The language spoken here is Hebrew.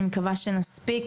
אני מקווה שנספיק,